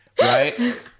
right